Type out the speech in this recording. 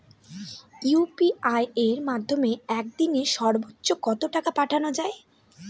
UPI এর মাধ্যমে এক দিনে সর্বচ্চ কত টাকা পাঠানো যায়?